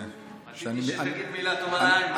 רציתי שתגיד מילה טובה לאיימן עודה.